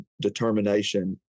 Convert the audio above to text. determination